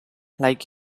like